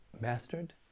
mastered